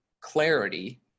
clarity